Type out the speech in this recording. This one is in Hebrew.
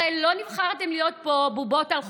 הרי לא נבחרתם להיות פה בובות על חוטים.